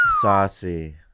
Saucy